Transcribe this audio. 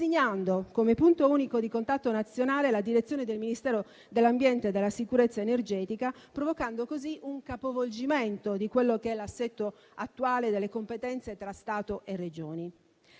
come punto unico di contatto nazionale la direzione del Ministero dell'ambiente e della sicurezza energetica, provocando così un capovolgimento dell'assetto attuale delle competenze tra Stato e Regioni.